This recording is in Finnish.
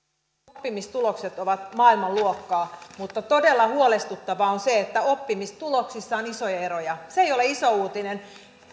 oppimistulokset ovat maailmanluokkaa mutta todella huolestuttavaa on se että oppimistuloksissa on isoja eroja se ei ole iso uutinen